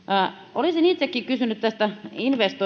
olisin itsekin kysynyt tästä investointisuojasta olen